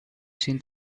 seen